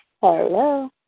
Hello